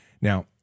Now